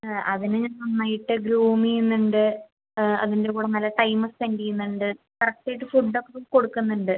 ആ അതിനെ ഞാൻ നന്നായിട്ട് ഗ്രൂമ് ചെയ്യുന്നുണ്ട് അതിൻ്റെ കൂടെ നല്ല ടൈമ് സ്പെൻഡ് ചെയ്യുന്നുണ്ട് കറക്റ്റായിട്ട് ഫുഡൊക്കെ കൊടുക്കുന്നുണ്ട്